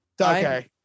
Okay